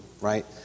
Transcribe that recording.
right